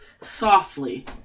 Softly